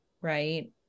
right